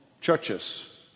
churches